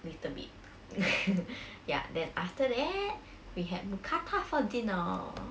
little bit ya then after that we had mookata for dinner